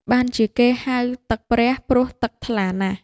បានជាគេហៅថា "ទឹកព្រះ" ព្រោះទឹកថ្លាណាស់។